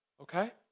Okay